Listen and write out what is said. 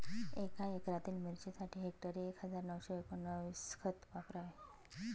एका एकरातील मिरचीसाठी हेक्टरी एक हजार नऊशे एकोणवीस खत वापरावे